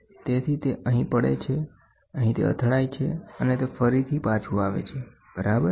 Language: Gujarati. તેથી તે અહીં પડે છે અહીં તે અથડાય છે અને તે ફરીથી પાછું આવે છે બરાબર